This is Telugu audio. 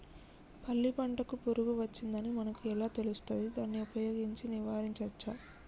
పల్లి పంటకు పురుగు వచ్చిందని మనకు ఎలా తెలుస్తది దాన్ని ఉపయోగించి నివారించవచ్చా?